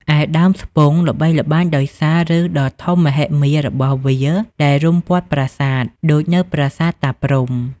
ឯដើមស្ពង់ល្បីល្បាញដោយសារ ឫសដ៏ធំមហិមារបស់វាដែលរុំព័ទ្ធប្រាសាទ ដូចនៅប្រាសាទតាព្រហ្ម។